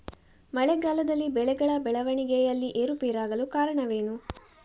ಮಳೆಗಾಲದಲ್ಲಿ ಬೆಳೆಗಳ ಬೆಳವಣಿಗೆಯಲ್ಲಿ ಏರುಪೇರಾಗಲು ಕಾರಣವೇನು?